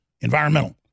Environmental